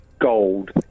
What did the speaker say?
gold